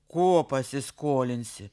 ko pasiskolinsi